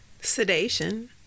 Sedation